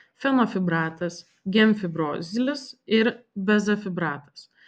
fenofibratas gemfibrozilis ir bezafibratas